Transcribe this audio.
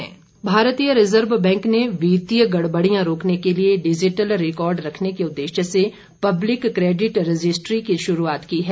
RBI भारतीय reserve bank ने वित्तीय गड़बडियां रोकने के लिए डिजिटल रिकॉर्ड रखने के उद्देश्य से पब्लिक क्रेडिट रजिस्ट्री की शुरूआत की है